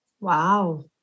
Wow